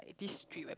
this street whereby